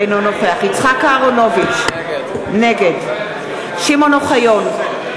אנחנו עוברים להסתייגות 145 לסעיף 56. להקריא את שמות חברי הכנסת.